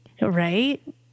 Right